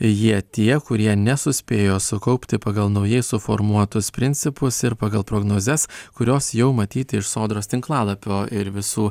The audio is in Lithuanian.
jie tie kurie nesuspėjo sukaupti pagal naujai suformuotus principus ir pagal prognozes kurios jau matyti iš sodros tinklalapio ir visų